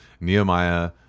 Nehemiah